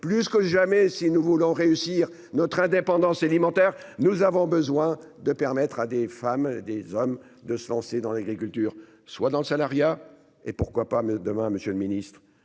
plus que jamais si nous voulons réussir notre indépendance élémentaire. Nous avons besoin de permettre à des femmes et des hommes de se lancer dans l'agriculture soit dans le salariat et pourquoi pas mais demain, Monsieur le Ministre,